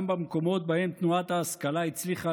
גם במקומות שבהם תנועת ההשכלה הצליחה